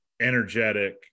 energetic